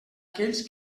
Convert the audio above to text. aquells